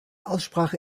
aussprache